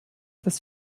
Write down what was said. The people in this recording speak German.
das